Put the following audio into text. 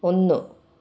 ഒന്നു